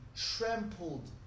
Trampled